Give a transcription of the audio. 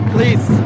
Please